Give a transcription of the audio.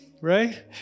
right